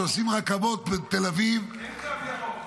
שעושים רכבות לתל אביב --- אין קו ירוק,